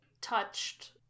touched